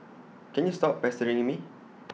can you stop pestering me